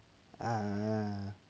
uh uh